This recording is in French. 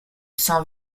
saint